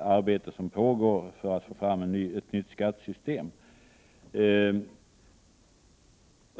arbete som pågår för att få fram ett nytt skattesystem.